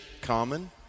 common